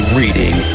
reading